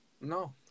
No